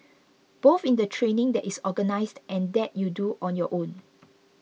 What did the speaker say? both in the training that is organised and that you do on your own